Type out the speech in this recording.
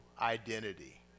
identity